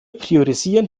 priorisieren